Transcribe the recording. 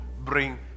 bring